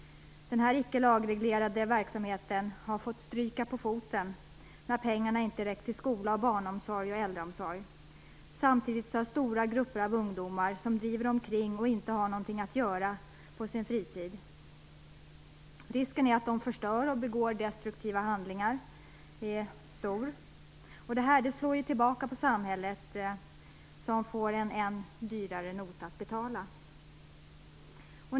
Denna icke lagreglerade verksamhet har fått stryka på foten när pengarna inte räckt till skola, barnomsorg och äldreomsorg. Samtidigt finns det stora grupper av ungdomar som driver omkring och inte har något att göra på sin fritid. Risken att de förstör och begår destruktiva handlingar är stor. Detta slår tillbaka på samhället, som får en dyrare nota att betala.